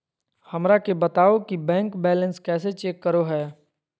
हमरा के बताओ कि बैंक बैलेंस कैसे चेक करो है?